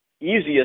easiest